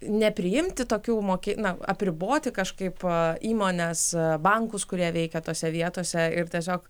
nepriimti tokių moki na apriboti kažkaip įmones bankus kurie veikia tose vietose ir tiesiog